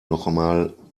nochmal